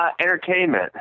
entertainment